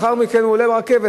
ולאחר מכן הוא עולה לרכבת,